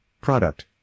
Product